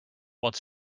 wants